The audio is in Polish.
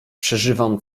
przeżywam